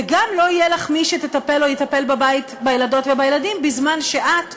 וגם לא יהיה לך מי שתטפל או יטפל בבית בילדות ובילדים בזמן שאת עובדת?